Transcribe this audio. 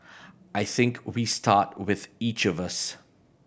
I think we start with each of us